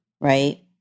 Right